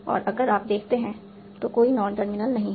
और अगर आप देखते हैं तो कोई नॉन टर्मिनल नहीं है